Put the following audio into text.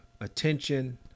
attention